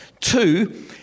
Two